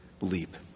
leap